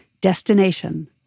Destination